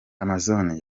amazon